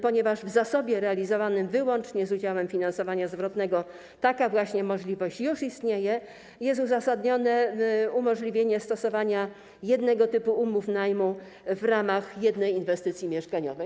Ponieważ w zasobie realizowanym wyłącznie z udziałem finansowania zwrotnego taka właśnie możliwość już istnieje, jest uzasadnione umożliwienie stosowania jednego typu umów najmu w ramach jednej inwestycji mieszkaniowej.